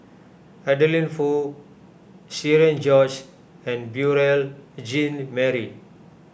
Adeline Foo Cherian George and Beurel Jean Marie